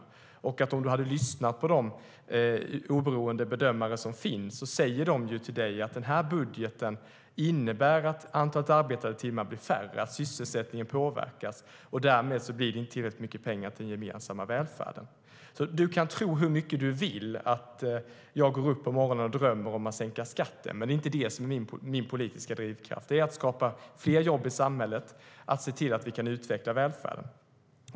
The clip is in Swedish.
Om du hade lyssnat på de oberoende bedömare som finns hade du hört att de säger att den här budgeten innebär att antalet arbetade timmar blir mindre och att sysselsättningen påverkas, och därmed blir det inte tillräckligt mycket pengar till den gemensamma välfärden. Du kan tro hur mycket du vill att jag drömmer om att sänka skatten, men det är inte det som är min politiska drivkraft. Den är att skapa fler jobb i samhället och att se till att vi kan utveckla välfärden.